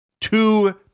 Two